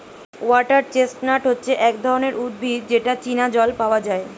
water chestnut হচ্ছে এক ধরনের উদ্ভিদ যেটা চীনা জল পাওয়া যায়